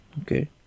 Okay